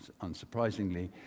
unsurprisingly